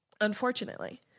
unfortunately